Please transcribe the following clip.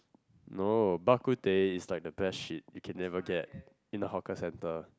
no bak kut teh is like the best shit you can never get in a hawker centre